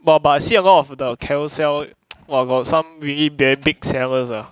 but but I see a lot of the carousell !wah! got some really damn big sellers ah